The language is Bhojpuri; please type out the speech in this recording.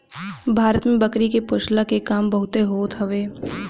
भारत में बकरी के पोषला के काम बहुते होत हवे